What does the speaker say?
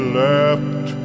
left